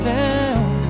down